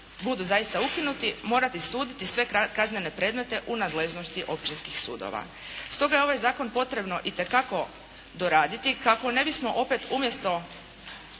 budu zaista ukinuti morati suditi sve kaznene predmete u nadležnosti općinskih sudova. Stoga je ovaj zakon potrebno itekako doraditi kako ne bismo opet umjesto